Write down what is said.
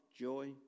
joy